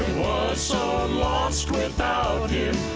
so lost without him